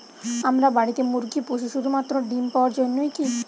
আমরা বাড়িতে মুরগি পুষি শুধু মাত্র ডিম পাওয়ার জন্যই কী?